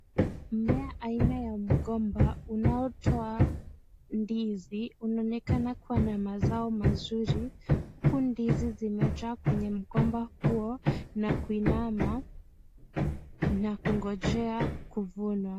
Mmea aina ya mgomba unaotoa ndizi unaonekana kuwa na mazao mazuri ,huku ndizi zimejaa kwenye mgomba huo na kuinama na kungojea kuvunwa.